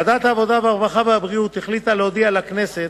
ועדת העבודה, הרווחה והבריאות החליטה להודיע לכנסת